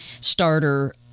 starter